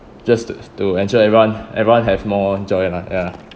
just to to ensure everyone everyone have more joy lah ya